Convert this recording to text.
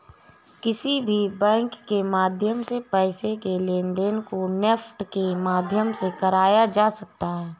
किसी भी बैंक के माध्यम से पैसे के लेनदेन को नेफ्ट के माध्यम से कराया जा सकता है